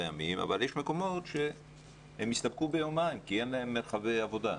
ימים אבל יש מקומות שיסתפקו ביומיים כי אין להם מרחבי עבודה.